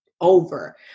over